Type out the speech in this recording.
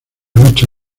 lucha